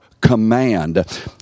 command